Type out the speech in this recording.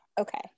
Okay